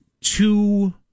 two